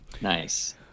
Nice